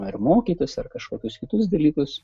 ar mokytis ar kažkokius kitus dalykus